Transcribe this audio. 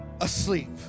Asleep